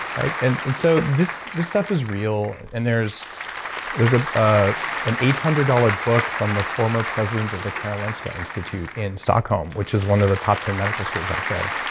and and so this this stuff is real. and there's there's ah ah an eight hundred dollars book from the former president of the karolinska institute in stockholm, which is one of the top ten medical schools out there,